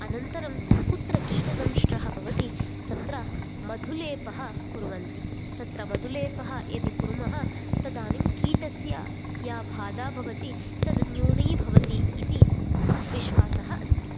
अनन्तरं कुत्र कीटदंष्ट्रः भवति तत्र मधुलेपः कुर्वन्ति तत्र मधुलेपः यदि कुर्मः तदानीं कीटस्य या बाधा भवति तद् न्यूनी भवति इति विश्वासः अस्ति